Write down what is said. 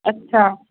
अच्छा